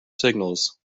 signals